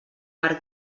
per